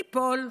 ייפול.